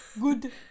Good